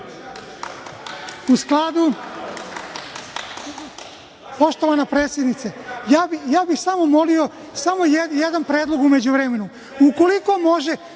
ne želi.)Poštovana predsednice, ja bih samo molio, samo jedan predlog u međuvremenu,